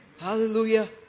Hallelujah